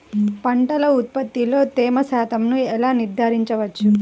పంటల ఉత్పత్తిలో తేమ శాతంను ఎలా నిర్ధారించవచ్చు?